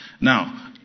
Now